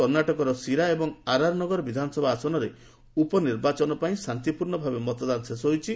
କର୍ଣ୍ଣାଟକର ଶିରା ଏବଂ ଆର୍ଆର୍ ନଗର ବିଧାନସଭା ଆସନରେ ଉପନିର୍ବାଚନ ପାଇଁ ଶାନ୍ତିପୂର୍ଣ୍ଣ ଭାବେ ମତଦାନ ଶେଷ ହୋଇଛି